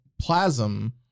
Plasm